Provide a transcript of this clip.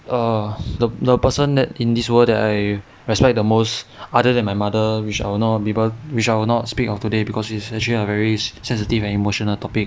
err the the person that in this world that I respect the most other than my mother which I will not be able which I will not speak of today because it's actually a very sensitive and emotional topic